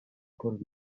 por